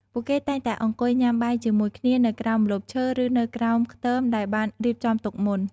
ពួកគេតែងតែអង្គុយញ៉ាំបាយជាមួយគ្នានៅក្រោមម្លប់ឈើឬនៅក្រោមខ្ទមដែលបានរៀបចំទុកមុន។